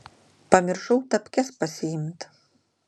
pamiršau tapkes pasiimt